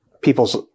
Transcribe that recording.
people's